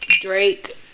Drake